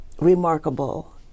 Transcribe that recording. remarkable